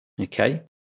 Okay